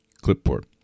clipboard